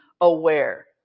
aware